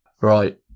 Right